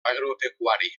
agropecuari